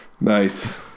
Nice